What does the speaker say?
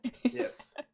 yes